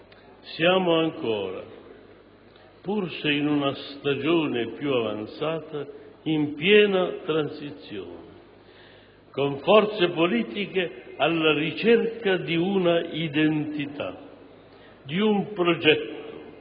Siamo ancora, pur se in una stagione più avanzata, in piena transizione. Con forze politiche alla ricerca di un'identità, di un progetto,